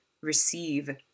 receive